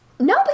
No